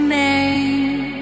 name